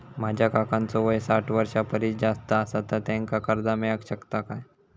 माझ्या काकांचो वय साठ वर्षां परिस जास्त आसा तर त्यांका कर्जा मेळाक शकतय काय?